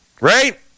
right